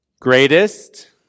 greatest